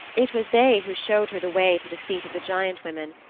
it was they who showed her the way to the seat of the giant women,